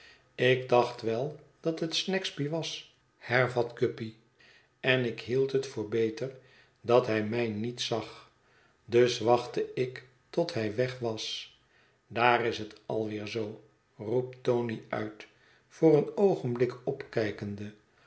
ik dacht wel dat het snagsby was hervat guppy en ik hield het voor beter dat hij mij niet zag dus wachtte ik tot hij weg was daar is het alweer zoo roept tony uit voor een oogenblik opkijkende